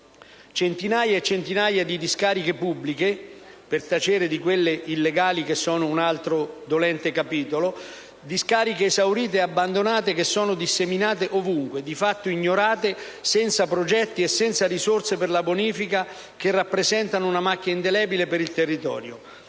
centinaia e centinaia di discariche pubbliche (non parlo di quelle illegali, altro dolente capitolo) esaurite e abbandonate sono disseminate ovunque, di fatto ignorate, senza progetti e senza risorse per la bonifica, e rappresentano una macchia indelebile per il territorio.